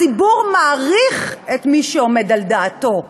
הציבור מעריך את מי שעומד על דעתו,